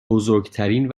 بزرگترین